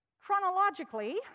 Chronologically